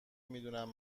میدونم